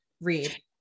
read